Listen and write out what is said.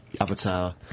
avatar